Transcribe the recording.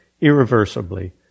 irreversibly